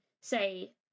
say